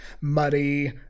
muddy